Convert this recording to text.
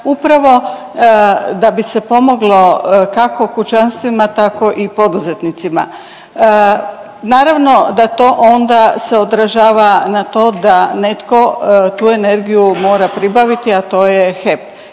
upravo da bi se pomoglo kako kućanstvima, tako i poduzetnicima. Naravno da to onda se odražava na to da netko tu energiju mora pribaviti, a to je HEP.